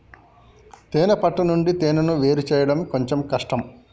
తేనే పట్టు నుండి తేనెను వేరుచేయడం కొంచెం కష్టం